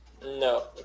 No